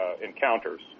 encounters